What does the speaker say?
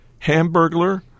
Hamburglar